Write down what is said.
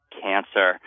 cancer